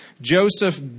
Joseph